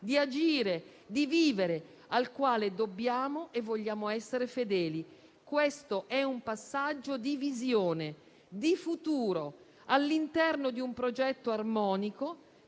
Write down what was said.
di agire, di vivere al quale dobbiamo e vogliamo essere fedeli. Questo è un passaggio di visione e di futuro all'interno di un progetto armonico,